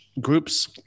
groups